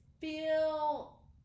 feel